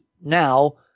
now